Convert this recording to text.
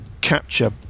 capture